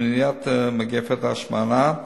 למניעת מגפת ההשמנה,